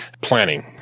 planning